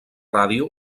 ràdio